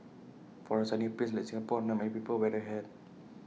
for A sunny place like Singapore not many people wear A hat